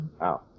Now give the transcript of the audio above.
Wow